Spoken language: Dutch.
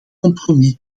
compromis